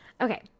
Okay